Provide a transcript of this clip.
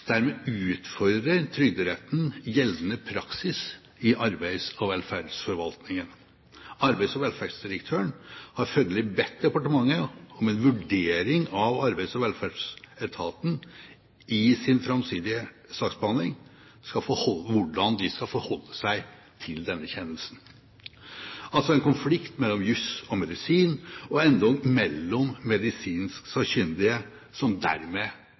Dermed utfordrer Trygderetten gjeldende praksis i arbeids- og velferdsforvaltningen. Arbeids- og velferdsdirektøren har følgelig bedt departementet om en vurdering av hvordan Arbeids- og velferdsetaten i sin framtidige saksbehandling skal forholde seg til denne kjennelsen, altså en konflikt mellom jus og medisin og endog mellom medisinsk sakkyndige – som dermed